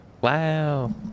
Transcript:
Wow